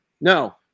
No